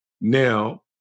now